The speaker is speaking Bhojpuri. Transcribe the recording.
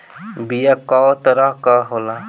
बीया कव तरह क होला?